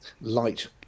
light